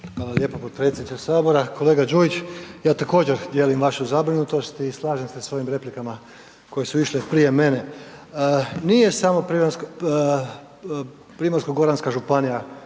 Hvala lijepa potpredsjedniče Sabora. Kolega Đujić, ja također dijelim vašu zabrinutost i slažem se sa ovim replikama koje su išle prije mene. Nije samo Primorsko-goranska županija